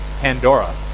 pandora